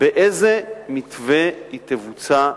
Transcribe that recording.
באיזה מתווה היא תבוצע,